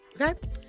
Okay